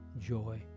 joy